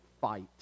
fight